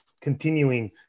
continuing